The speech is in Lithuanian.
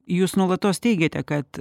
jūs nuolatos teigiate kad